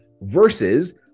versus